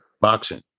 boxing